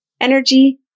energy